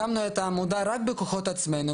הקמנו את העמותה רק בכוחות עצמנו,